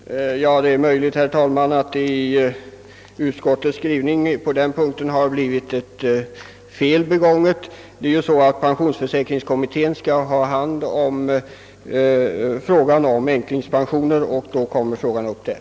Herr talman! Det är möjligt att ett fel har blivit begånget i utskottets skrivning på den punkten. Pensionsförsäkringskommittén skall ju ha hand om frågan om änklingspensioner, och då kommer ärendet upp där.